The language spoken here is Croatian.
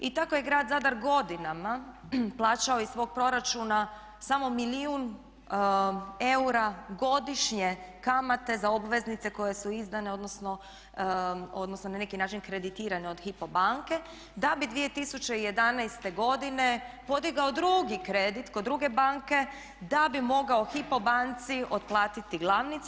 I tako je grad Zadar godinama plaćao iz svog proračuna samo milijun eura godišnje kamate za obveznice koje su izdane odnosno na neki način kreditirane od Hypo banke da bi 2011. godine podigao drugi kredit kod druge banke da bi mogao Hypo banci otplatiti glavnicu.